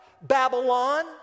Babylon